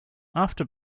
after